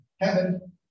heaven